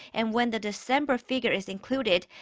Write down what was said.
and when the december figure is included,